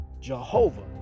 Jehovah